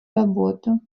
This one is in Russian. работу